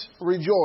rejoice